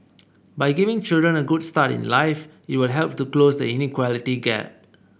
by giving children a good start in life it will help to close the inequality gap